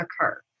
occur